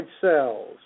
cells